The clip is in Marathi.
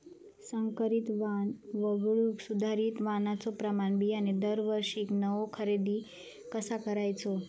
संकरित वाण वगळुक सुधारित वाणाचो प्रमाण बियाणे दरवर्षीक नवो खरेदी कसा करायचो?